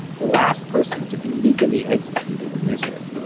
the last person to be legally executed in israel.